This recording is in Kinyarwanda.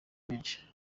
menshi